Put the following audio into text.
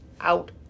out